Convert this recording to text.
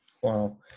Wow